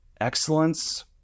excellence